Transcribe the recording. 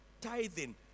tithing